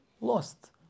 Lost